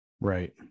Right